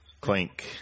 Clink